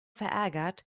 verärgert